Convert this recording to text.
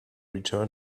return